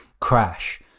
crash